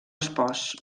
espòs